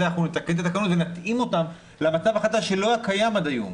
אנחנו נתקן את התקנות ונתאים אותן למצב החדש שלא היה קיים עד היום.